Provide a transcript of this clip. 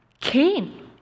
Cain